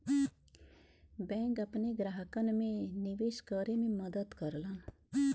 bank अपने ग्राहकन के निवेश करे में मदद करलन